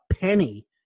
penny